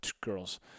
girls